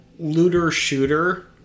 looter-shooter